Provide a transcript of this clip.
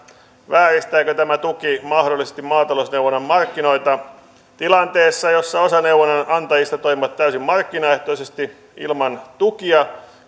vääristääkö tämä tuki mahdollisesti maatalousneuvonnan markkinoita tilanteessa jossa osa neuvonnan antajista toimii täysin markkinaehtoisesti ilman tukia